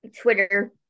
Twitter